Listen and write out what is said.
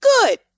good